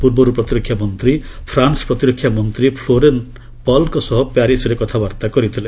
ପୂର୍ବରୁ ପ୍ରତିରକ୍ଷା ମନ୍ତ୍ରୀ ଫ୍ରାନ୍ସ ପ୍ରତିରକ୍ଷା ମନ୍ତ୍ରୀ ଫ୍ଲୋରେନ୍ସ ପାର୍ଲଙ୍କ ସହ ପ୍ୟାରିସ୍ରେ କଥାବାର୍ତ୍ତା କରିଥିଲେ